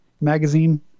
magazine